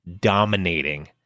dominating